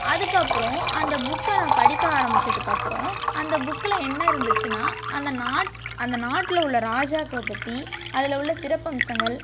அதுக்கப்புறோம் அந்த புக்கை நான் படிக்க ஆரம்பிச்சதுக்கப்புறம் அந்த புக்கில் என்ன இருந்துச்சுனா அந்த நாட் அந்த நாட்டில் உள்ள ராஜாக்களை பற்றி அதில் உள்ள சிறப்பம்சங்கள்